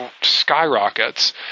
skyrockets